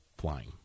flying